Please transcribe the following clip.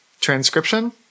transcription